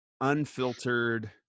unfiltered